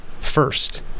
first